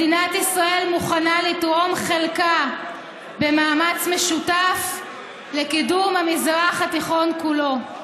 מדינת ישראל מוכנה לתרום חלקה במאמץ משותף לקדמת המזרח התיכון כולו.